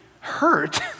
hurt